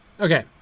Okay